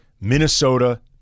Minnesota